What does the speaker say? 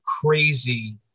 crazy